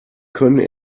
können